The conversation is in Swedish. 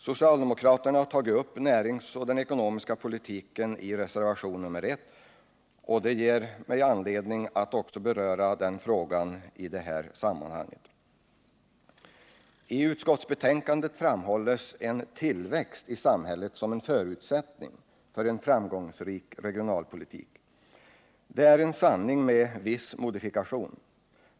Socialdemokraterna har tagit upp näringspolitiken och den ekonomiska politiken i reservationen 1. Det ger mig anledning att också beröra den ekonomiska politiken i detta sammanhang. I utskottsbetänkandet framhålls en tillväxt i samhället som en förutsättning för en framgångsrik regionalpolitik. Det är en sanning med viss modifikation.